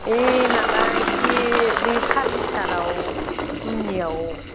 ए माबा एसे बे फरनिचाराव दुमनियाव